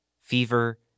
fever